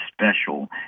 special